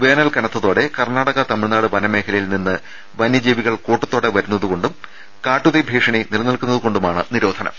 വേനൽ കനത്തതോടെ കർണാടക തമിഴ്നാട് വനമേഖലകളിൽ നിന്ന് വന്യ ജീവികൾ കൂട്ട ത്തോടെ വരുന്നത് കൊണ്ടും കാട്ടുതീ ഭീഷണി നിലനിൽക്കുന്നത് കൊണ്ടുമാണ് നിരോധനം